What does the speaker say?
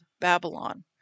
Babylon